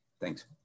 thanks